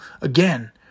again